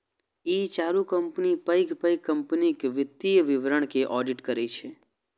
ई चारू कंपनी पैघ पैघ कंपनीक वित्तीय विवरण के ऑडिट करै छै